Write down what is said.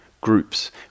groups